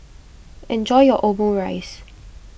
enjoy your Omurice